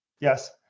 Yes